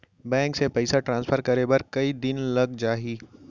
Bank से पइसा transfer करे बर कई दिन लग जाही?